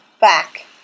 back